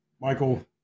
Michael